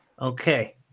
Okay